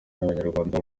n’abanyarwanda